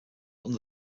under